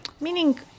Meaning